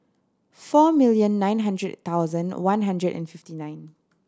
four million nine hundred thousand one hundred and fifty nine